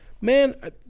Man